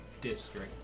District